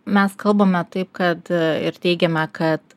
mes kalbame taip kad ir teigiame kad